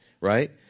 right